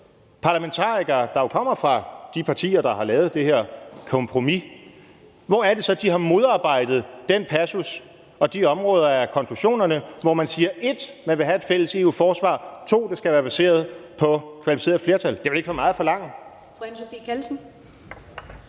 parlamentarikere, der jo kommer fra de partier, der har lavet det her kompromis, har modarbejdet den passus og de områder af konklusionerne, hvor man for det første siger, at man vil have et fælles EU-forsvar, og for det andet siger, at det skal være baseret på kvalificeret flertal. Det er vel ikke for meget at forlange.